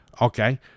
okay